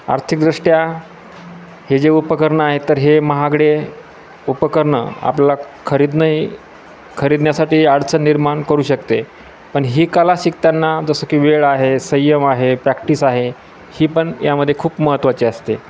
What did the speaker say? आर्थिकदृष्ट्या हे जे उपकरणं आहे तर हे महागडे उपकरणं आपल्याला खरीदणंही खरीदण्यासाठी अडचण निर्माण करू शकते पण ही कला शिकताना जसं की वेळ आहे संयम आहे प्रॅक्टिस आहे ही पण यामध्ये खूप महत्त्वाची असते